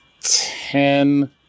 ten